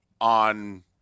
on